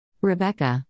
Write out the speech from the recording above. Rebecca